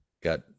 Got